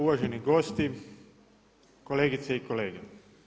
Uvaženi gosti, kolegice i kolege.